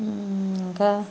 ఇంకా